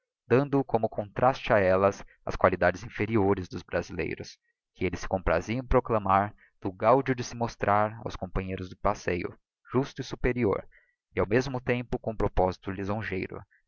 dando como contraste a ellas as qualidades inferiores dos brasileiros que elle se comprazia em proclamar no gáudio de se mostrar aos companheiros de passeio justo e superior e ao mesmo tempo com propósito lisonjeiro